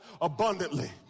abundantly